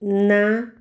ਨਾ